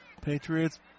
Patriots